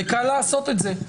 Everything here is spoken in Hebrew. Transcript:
וקל לעשות את זה,